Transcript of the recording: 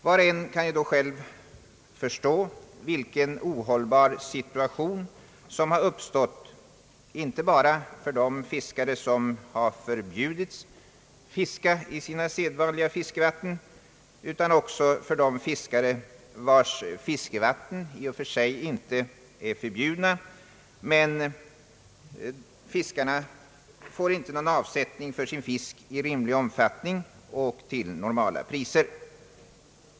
Var och en kan då själv förstå vilken ohållbar situation som har uppstått, inte bara för de fiskare som har förbjudits att fiska i sina sedvanliga fiskevatten, utan även för de fiskare vilkas fiskevatten i och för sig inte är förbjudna men som inte får någon avsättning för sin fisk i rimlig omfattning och till normala priser.